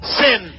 sin